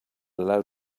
allowed